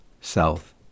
south